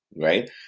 Right